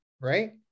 Right